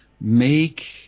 make